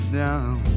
down